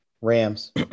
Rams